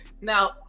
Now